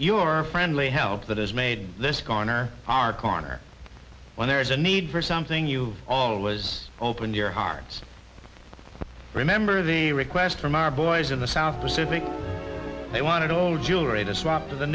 your friendly help that has made this corner our corner when there is a need for something you always open your hearts i remember the request from our boys in the south pacific they wanted old jewelry to swap to the